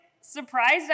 surprised